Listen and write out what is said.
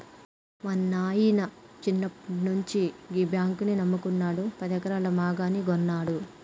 మా నాయిన సిన్నప్పట్నుండి గీ బాంకునే నమ్ముకున్నడు, పదెకరాల మాగాని గొన్నడు